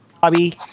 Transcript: bobby